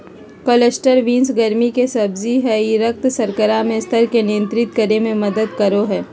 cluster beans गर्मि के सब्जी हइ ई रक्त शर्करा के स्तर के नियंत्रित करे में मदद करो हइ